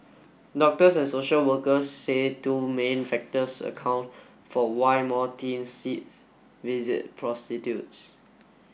doctors and social workers say two main factors account for why more teens visit prostitutes